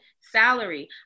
salary